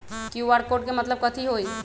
QR code के मतलब कथी होई?